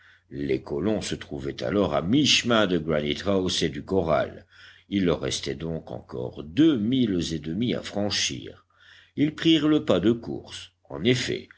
les colons se trouvaient alors à mi-chemin de granite house et du corral il leur restait donc encore deux milles et demi à franchir ils prirent le pas de course en effet